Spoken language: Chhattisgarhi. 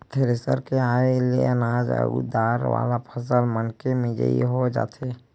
थेरेसर के आये ले अनाज अउ दार वाला फसल मनके मिजई हो जाथे